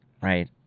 Right